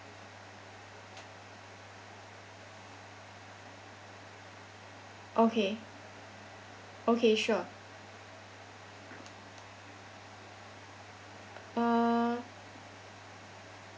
okay okay sure uh